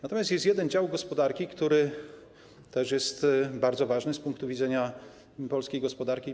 Natomiast jest jeden dział gospodarki, który też jest bardzo ważny z punktu widzenia polskiej gospodarki.